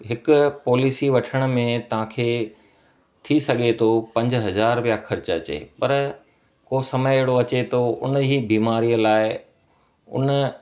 हिकु पॉलिसी वठण में तव्हांखे थी सघे थो पंज हज़ारु रुपया ख़र्चु अचे पर को समय अहिड़ो अचे थो उन ई बीमारीअ लाइ उन